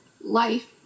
life